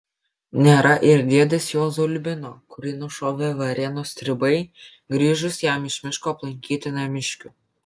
nėra ir dėdės juozo ulbino kurį nušovė varėnos stribai grįžus jam iš miško aplankyti namiškių